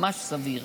ממש סביר,